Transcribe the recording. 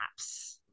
apps